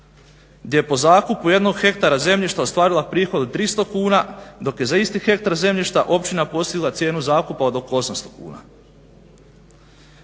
Gdje je po zakupu jednog hektara zemljišta ostvarila prihod od 300 kuna dok je za isti hektar zemljišta općina postigla cijenu zakupa od oko 800 kuna.